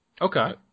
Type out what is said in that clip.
Okay